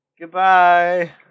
Goodbye